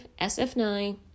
SF9